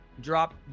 drop